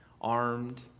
armed